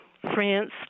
France